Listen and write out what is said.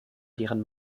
deren